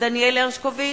דניאל הרשקוביץ,